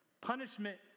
Punishment